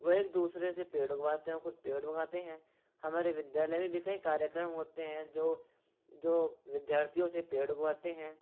वे एक दूसरे से पेड़ उगवाते हैं व खुद पेड़ उगाते हैं हमारे विद्यालय में भी कई कार्यक्रम होते हैं जो जो विद्यार्थियों से पेड़ उगवाते हैं